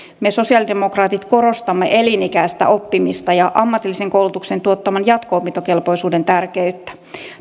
me sosiaalidemokraatit korostamme elinikäistä oppimista ja ammatillisen koulutuksen tuottaman jatko opintokelpoisuuden tärkeyttä